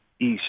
east